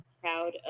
proud